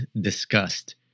disgust